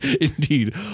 Indeed